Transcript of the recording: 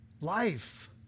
life